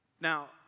Now